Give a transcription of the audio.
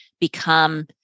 become